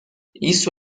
isso